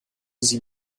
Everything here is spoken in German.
sie